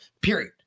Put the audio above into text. Period